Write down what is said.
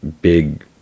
big